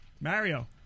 Mario